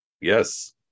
Yes